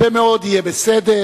הרבה מאוד "יהיה בסדר"